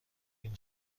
این